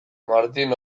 martin